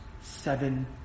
Seven